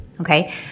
Okay